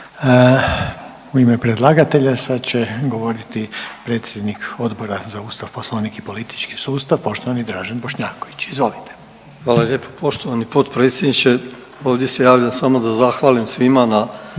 U ime predlagatelja sada će govoriti predsjednik Odbora za Ustav, Poslovnik i politički sustav poštovani Dražen Bošnjaković. Izvolite. **Bošnjaković, Dražen (HDZ)** Hvala lijepo. Poštovani potpredsjedniče ovdje se javljam samo da zahvalim svima na